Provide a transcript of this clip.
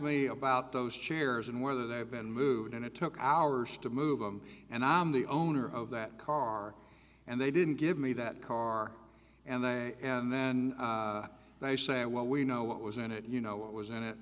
me about those chairs and where they have been moot and it took hours to move them and i'm the owner of that car and they didn't give me that car and there and then they say well we know what was in it you know what was in it